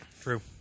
True